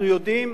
אנחנו יודעים